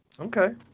Okay